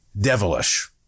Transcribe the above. devilish